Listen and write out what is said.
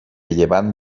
llevant